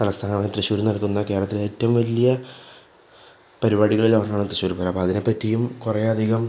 തലസ്ഥാനമായ തൃശൂരിൽ നടത്തുന്ന കേരളത്തിലെ ഏറ്റവും വലിയ പരിപാടികളിലൊന്നാണ് തൃശൂർ പൂരം അപ്പോള് അതിനെപ്പറ്റിയും കുറേയധികം